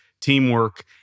teamwork